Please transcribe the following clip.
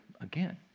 again